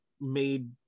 made